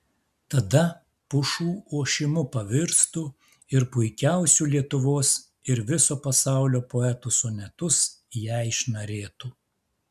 tada pušų ošimu pavirstų ir puikiausių lietuvos ir viso pasaulio poetų sonetus jai šnarėtų